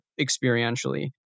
experientially